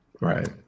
Right